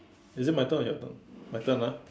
is it my turn or your turn my turn ah